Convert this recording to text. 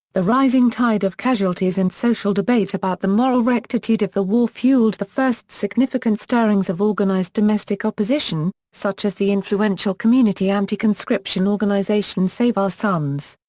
the rising tide of casualties and social debate about the moral rectitude of the war fuelled the first significant stirrings of organised domestic opposition, such as the influential community anti-conscription organisation save our sons.